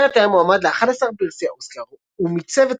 הסרט היה מועמד ל-11 פרסי אוסקר ומיצב את